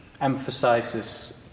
emphasizes